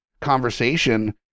conversation